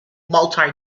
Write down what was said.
multi